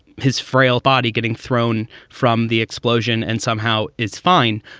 his frail body getting thrown from the explosion and somehow is fine.